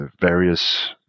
various